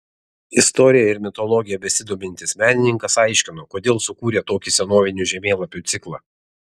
istorija ir mitologija besidomintis menininkas aiškino kodėl sukūrė tokį senovinių žemėlapių ciklą